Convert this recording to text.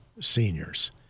seniors